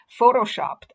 photoshopped